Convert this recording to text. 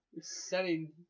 Setting